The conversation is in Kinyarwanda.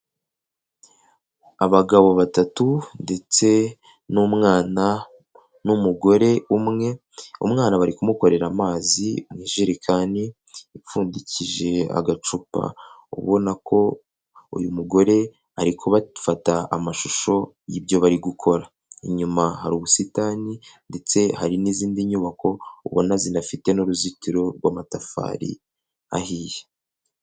Abagabo batatu ndetse n'umwana n'umugore umwe. Umwana bari kumukorera amazi mu ijerikani ipfundikije agacupa, ubona ko uyu mugore ari kubafata amashusho y'ibyo bari gukora. Inyuma hari ubusitani ndetse hari n'izindi nyubako ubona zinafite n'uruzitiro rw'amatafari ahiye.